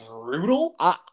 brutal